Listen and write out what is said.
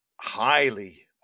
highly